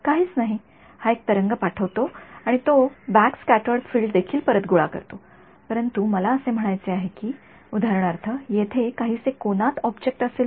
काहीच नाही हा एक तरंग पाठवतो आणि तो बॅक स्क्याटर्ड फील्ड देखील परत गोळा करतो परंतु मला असे म्हणायचे आहे की उदाहरणार्थ येथे काहीसे कोनात ऑब्जेक्ट असेल तर